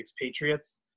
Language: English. Patriots